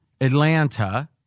Atlanta